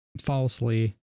falsely